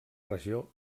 regió